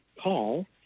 call